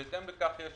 בהתאם לכך יש